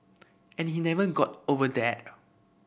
and he never got over that